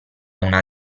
una